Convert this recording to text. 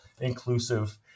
inclusive